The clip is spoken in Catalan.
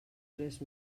tres